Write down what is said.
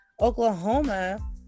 Oklahoma